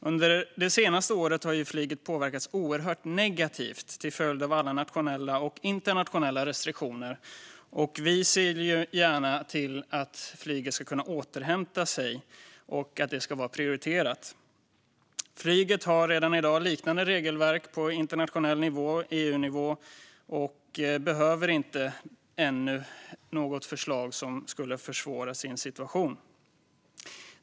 Under det senaste året har flyget påverkats oerhört negativt till följd av alla nationella och internationella restriktioner. Vi ser gärna att flyget ska kunna återhämta sig och att det ska vara prioriterat. Flyget har redan i dag liknande regelverk på internationell nivå och på EU-nivå och behöver inte ännu ett förslag som skulle försvåra situationen.